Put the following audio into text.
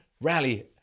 rally